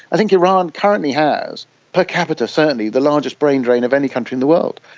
i think iran currently has per capita certainly the largest brain drain of any country in the world.